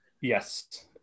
Yes